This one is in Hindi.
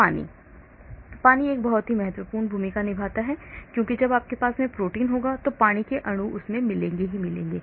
पानी पानी बहुत महत्वपूर्ण भूमिका निभाता है क्योंकि जब आपके पास प्रोटीन होगा तो पानी के अणु मिलेंगे